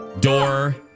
Door